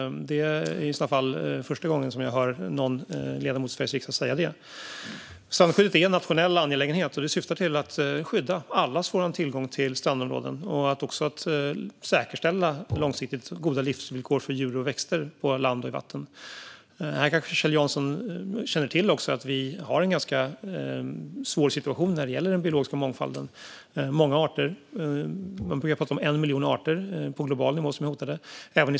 Det är i så fall första gången som jag hör någon ledamot i Sveriges riksdag säga det. Strandskyddet är en nationell angelägenhet och syftar till att skydda allas vår tillgång till strandområden och att också säkerställa långsiktigt goda livsvillkor för djur och växter på land och i vatten. Kjell Jansson kanske känner till att vi har en ganska svår situation när det gäller den biologiska mångfalden. Man brukar prata om 1 miljon arter på global nivå som är hotade.